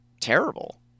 terrible